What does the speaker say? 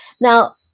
Now